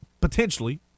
potentially